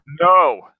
No